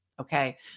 Okay